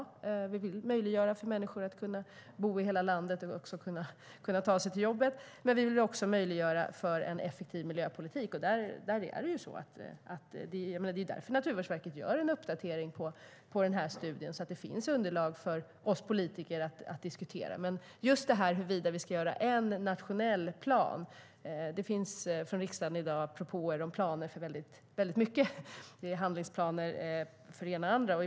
Vi vill möjliggöra för människor att bo i hela landet, och man ska också kunna ta sig till jobbet. Men vi vill även möjliggöra en effektiv miljöpolitik. Det är därför Naturvårdsverket gör en uppdatering av den här studien, så att det finns diskussionsunderlag för oss politiker.I frågan om huruvida vi ska göra en nationell plan kan jag säga att det i dag finns propåer från riksdagen om planer för väldigt mycket. Det är handlingsplaner för det ena och det andra.